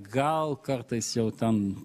gal kartais jau ten